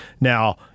Now